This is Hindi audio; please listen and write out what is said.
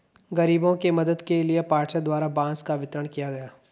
गरीबों के मदद के लिए पार्षद द्वारा बांस का वितरण किया गया